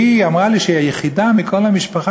היא אמרה לי שהיא היחידה מכל המשפחה,